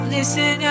Listen